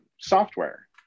software